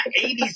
80s